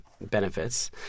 benefits